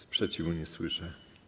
Sprzeciwu nie słyszę.